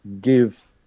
give